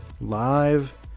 Live